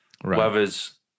Whereas